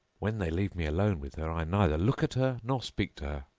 when they leave me alone with her i neither look at her nor speak to her,